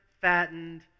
fattened